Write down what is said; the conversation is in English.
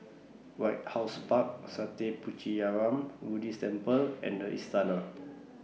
White House Park Sattha Puchaniyaram Buddhist Temple and The Istana